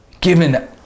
given